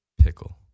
pickle